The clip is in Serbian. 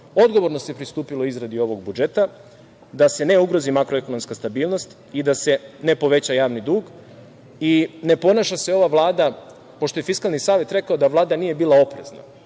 sektoru. Odgovorno se pristupilo izradi ovog budžeta, da se ne ugrozi makroekonomska stabilnost i da se ne poveća javni dug i ne ponaša se ova Vlada, pošto je Fiskalni savet rekao da Vlada nije bila oprezna.